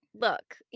look